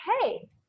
hey